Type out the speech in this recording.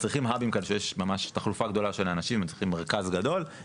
שיש ממש תחלופה גדולה של אנשים וצריכים מרכז גדול זה לאורך הרכבת.